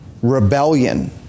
Rebellion